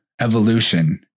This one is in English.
evolution